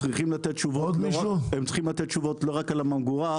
הם צריכים לתת תשובות לא רק על הממגורה,